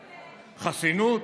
חסינות,